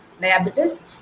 diabetes